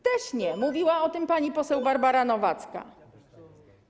Też nie, mówiła o tym pani poseł Barbara Nowacka.